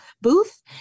booth